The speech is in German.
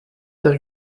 der